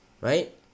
right